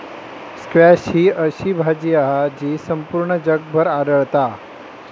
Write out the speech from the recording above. squash ही अशी भाजी हा जी संपूर्ण जगभर आढळता